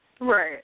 Right